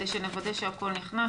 כדי שנוודא שהכול נכנס.